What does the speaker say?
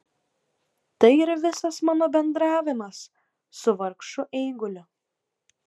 tai ir visas mano bendravimas su vargšu eiguliu